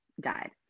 died